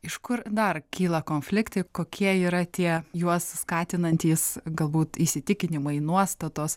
iš kur dar kyla konfliktai kokie yra tie juos skatinantys galbūt įsitikinimai nuostatos